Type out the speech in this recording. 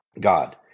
God